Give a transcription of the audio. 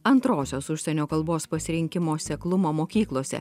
antrosios užsienio kalbos pasirinkimo seklumą mokyklose